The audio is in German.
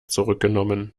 zurückgenommen